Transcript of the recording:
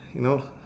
you know